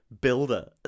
builder